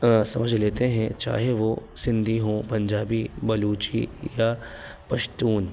سمجھ لیتے ہیں چاہے وہ سندھی ہوں پنجابی بلوچی یا پشتون